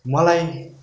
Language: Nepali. मलाई